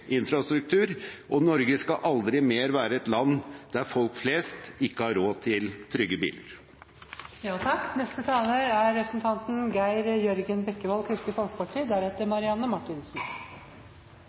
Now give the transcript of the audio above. infrastruktur, og Norge skal aldri mer være et land der folk flest ikke har råd til trygge biler. Det er